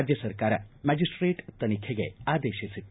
ರಾಜ್ಯ ಸರ್ಕಾರ ಮ್ಯಾಜಿಸ್ಟೇಟ್ ತನಿಖೆಗೆ ಆದೇಶಿಸಿತ್ತು